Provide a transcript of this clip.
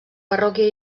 parròquia